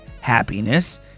happiness